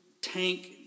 tank